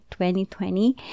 2020